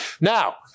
Now